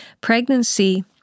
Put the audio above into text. pregnancy